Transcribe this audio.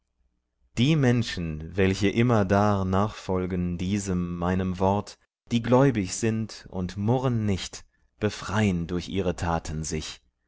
die menschen welche immerdar nachfolgen diesem meinem wort die gläubig sind und murren nicht befrein durch ihre taten sich